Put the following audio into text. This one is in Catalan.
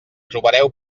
trobareu